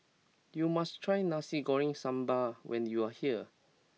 you must try Nasi Goreng Sambal when you are here